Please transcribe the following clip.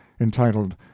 entitled